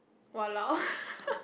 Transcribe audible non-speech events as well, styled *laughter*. !walao! *laughs*